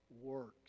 works